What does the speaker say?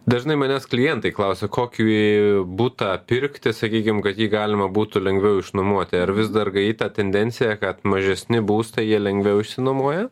dažnai manęs klientai klausia kokį butą pirkti sakykim kad jį galima būtų lengviau išnuomoti ar vis dar gaji ta tendencija kad mažesni būstai jie lengviau išsinuomoja